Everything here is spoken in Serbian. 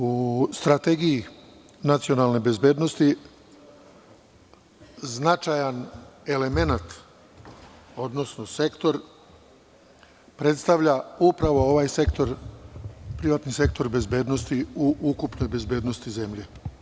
U Strategiji nacionalne bezbednosti značajan elemenat, odnosno sektor predstavlja upravo ovaj privatni sektor bezbednosti u ukupnoj bezbednosti zemlje.